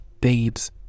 babes